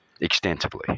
extensively